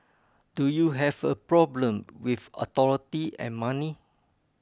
do you have a problem with authority and money